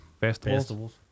Festivals